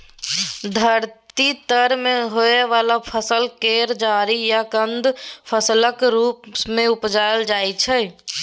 धरती तर में होइ वाला फसल केर जरि या कन्द फसलक रूप मे उपजाइल जाइ छै